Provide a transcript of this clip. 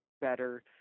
better